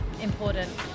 important